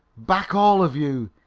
back! all of you!